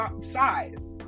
size